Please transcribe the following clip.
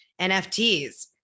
NFTs